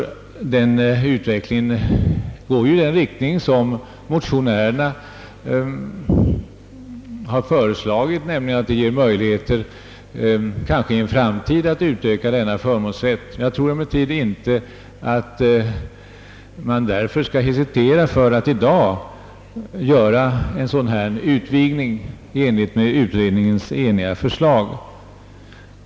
Den utvecklingen går ju i den riktning som motsvarar motionärernas förslag. Därför tycker jag inte att man skall hesitera inför att i dag göra en utvidgning i enlighet med utredningens enhälliga förslag.